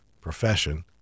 profession